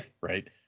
right